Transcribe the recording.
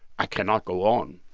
i cannot go on,